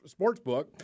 Sportsbook